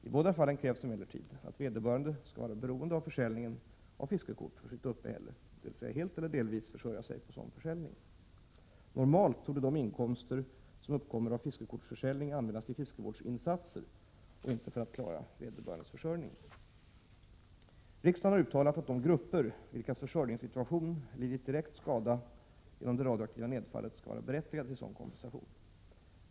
I båda fallen krävs emellertid att vederbörande skall vara beroende av försäljningen av fiskekort för sitt uppehälle, dvs. helt eller delvis försörja sig på sådan försäljning. Normalt torde de inkomster som uppkommer av fiskekortsförsäljning användas till fiskevårdsinsatser och inte för att klara vederbörandes försörjning. Riksdagen har uttalat att de grupper vilkas försörjningssituation lidit direkt skada genom det radioaktiva nedfallet skall vara berättigade till kompensation.